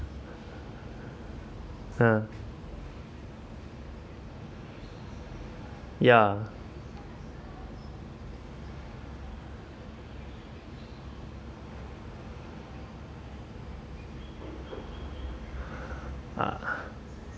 uh ya uh